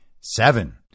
Seven